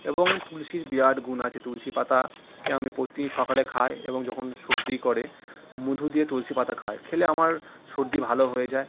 এবং তুলসির বিরাট গুণ আছে তুলসি পাতাকে আমি প্রতি সকালে খাই এবং যখন সর্দি করে মধু দিয়ে তুলসি পাতা খাই খেলে আমার সর্দি ভালো হয়ে যায়